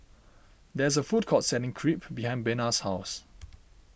there is a food court selling Crepe behind Bena's house